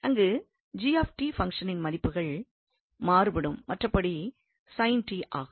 அங்கு g பங்ஷனின் மதிப்புகள் மாறுபடும் மற்றபடி sin t ஆகும்